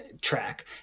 track